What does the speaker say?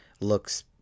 looks